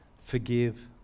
forgive